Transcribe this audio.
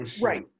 Right